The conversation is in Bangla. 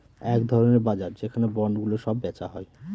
এক ধরনের বাজার যেখানে বন্ডগুলো সব বেচা হয়